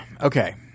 okay